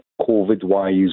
COVID-wise